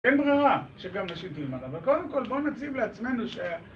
אין ברירה שגם נשיק למעלה, אבל קודם כל בואו נציב לעצמנו ש...